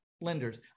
lenders